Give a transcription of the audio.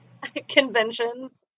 Conventions